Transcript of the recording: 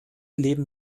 leben